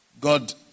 God